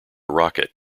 rocket